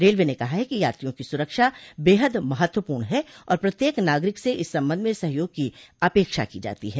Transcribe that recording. railway ने कहा है कि यात्रियों की सुरक्षा बेहद महत्वपूर्ण है और प्रत्येक नागरिक से इस संबंध में सहयोग की अपेक्षा की जाती है